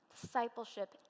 Discipleship